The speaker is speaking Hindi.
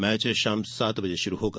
मैच शाम सात बजे शुरू होगा